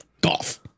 golf